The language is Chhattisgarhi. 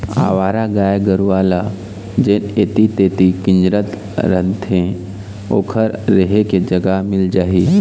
अवारा गाय गरूवा ल जेन ऐती तेती किंजरत रथें ओखर रेहे के जगा मिल जाही